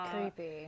Creepy